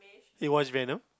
you watch venom